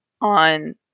on